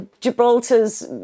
Gibraltar's